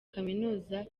kaminuza